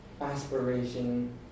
Aspiration